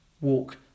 walk